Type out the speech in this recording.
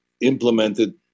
implemented